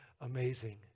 amazing